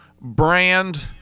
brand